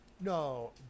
No